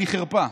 היא חרפה.